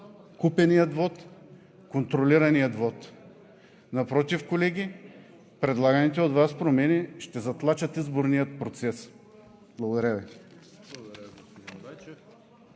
купеният вот, контролираният вот. Напротив, колеги, предлаганите от Вас промени ще затлачат изборния процес. Благодаря Ви.